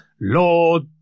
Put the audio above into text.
Lord